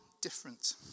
different